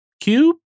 cube